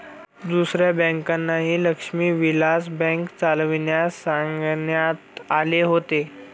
दुसऱ्या बँकांनाही लक्ष्मी विलास बँक चालविण्यास सांगण्यात आले होते